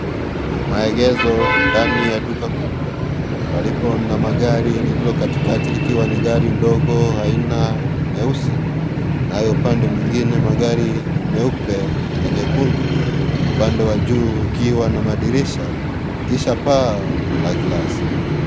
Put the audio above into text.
Maegezo ndani ya duka kubwa, palipo na magari lililo katikati likiwa ni gari ndogo aina nyeusi, nayo pande mwingine magari meupe na nyekundu. Upande wa juu ukiwa na madirisha, kisha paa la glasi.